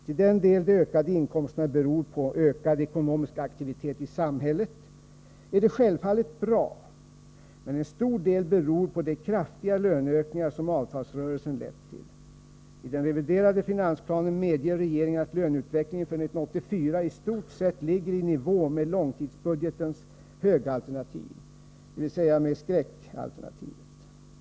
Till den del de ökade inkomsterna beror på ökad ekonomisk aktivitet i samhället är det självfallet bra, men en stor del beror på de kraftiga löneökningar som avtalsrörelsen lett till. I den reviderade finansplanen medger regeringen att löneutvecklingen för 1984 i stort sett ligger i nivå med långtidsbudgetens högalternativ, dvs. skräckalternativet.